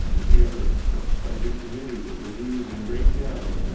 we have a budget committee that reviews in great depth,